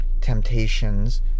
temptations